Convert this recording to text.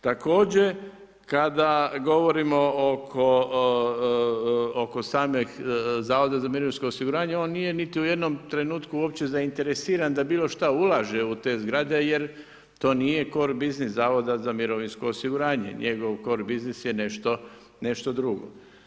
Također kada govorimo oko samih zavoda za mirovinsko osiguranje on nije niti u jednom trenutku uopće zainteresiran da bilo šta ulaže u te zgrade jer to nije cor business Zavoda za mirovinsko osiguranje, njegov cor business je nešto drugo.